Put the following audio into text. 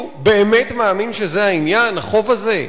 מישהו באמת מאמין שזה העניין, החוב הזה?